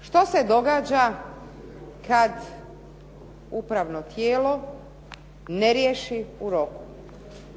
što se događa kada upravno tijelo ne riješi u roku.